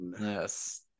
yes